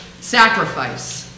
sacrifice